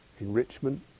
enrichment